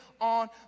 on